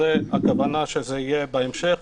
הכוונה שזה יהיה בהמשך.